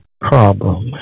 problem